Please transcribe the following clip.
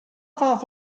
fath